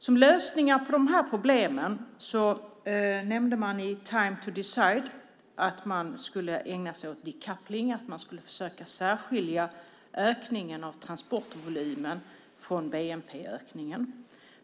Som lösningar på de här problemen nämnde man i Time to decide att man skulle ägna sig åt decoupling, att man skulle försöka särskilja ökningen av transportvolymen från bnp-ökningen.